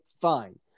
Fine